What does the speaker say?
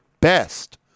best